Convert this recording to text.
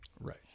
right